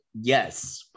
Yes